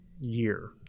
year